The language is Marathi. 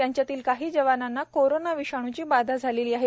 त्यांच्यातील काही जवानांना कोरोना विषाणूची बाधा झालेली आहे